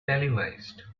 televised